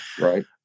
Right